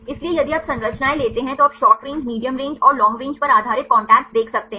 इसलिए यदि आप संरचनाएं लेते हैं तो आप शॉर्ट रेंज मीडियम रेंज और लॉन्ग रेंज पर आधारित कॉन्टैक्ट देख सकते हैं